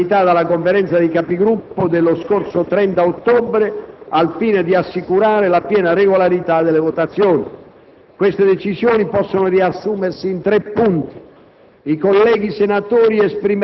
le decisioni adottate all'unanimità dalla Conferenza dei Capigruppo dello scorso 30 ottobre, al fine di assicurare la piena regolarità delle votazioni. Queste decisioni possono riassumersi in tre punti: